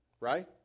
Right